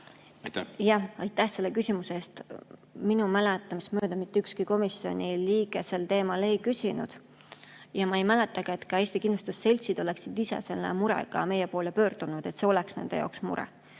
Aitäh selle küsimuse eest! Minu mäletamist mööda mitte ükski komisjoni liige sel teemal ei küsinud. Ja ma ei mäleta, et ka Eesti kindlustusseltsid oleksid ise selle murega meie poole pöördunud või et see oleks nende jaoks mure.